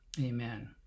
amen